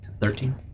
thirteen